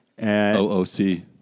OOC